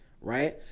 Right